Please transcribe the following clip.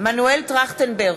בהצבעה מנואל טרכטנברג,